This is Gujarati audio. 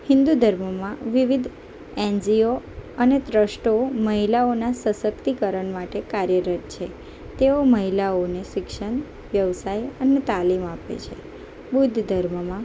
હિન્દુ ધર્મમાં વિવિધ એનજીઓ અને ટ્રસ્ટો મહિલાઓના સશક્તિકરણ માટે કાર્યરત છે તેઓ મહિલાઓને શિક્ષણ વ્યવસાય અને તાલીમ આપે છે બુદ્ધ ધર્મમાં